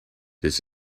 this